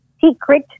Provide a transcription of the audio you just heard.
secret